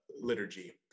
liturgy